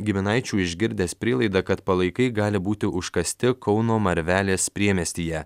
giminaičių išgirdęs prielaidą kad palaikai gali būti užkasti kauno marvelės priemiestyje